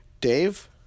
Dave